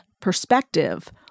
perspective